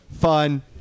fun